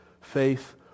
faith